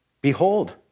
Behold